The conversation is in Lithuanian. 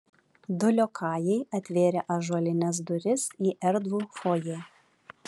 du liokajai atvėrė ąžuolines duris į erdvų fojė